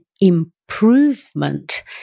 improvement